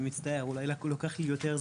אני מצטער, אולי לוקח לי יותר זמן.